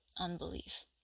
unbelief